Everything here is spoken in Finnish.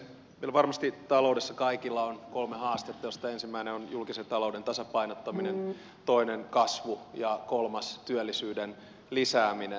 meillä varmasti taloudessa kaikilla on kolme haastetta joista ensimmäinen on julkisen talouden tasapainottaminen toinen kasvu ja kolmas työllisyyden lisääminen